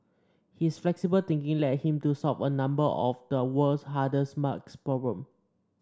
his flexible thinking led him to solve a number of the world's hardest maths problem